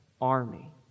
army